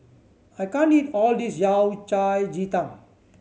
I can't eat all this Yao Cai ji tang